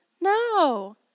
No